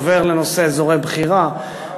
עובר לנושא אזורי בחירה,